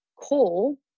call